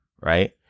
right